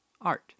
art